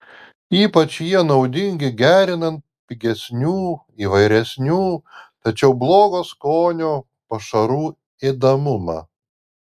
ypač jie naudingi gerinant pigesnių įvairesnių tačiau blogo skonio pašarų ėdamumą